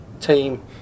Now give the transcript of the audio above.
team